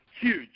huge –